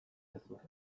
gezurra